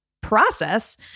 process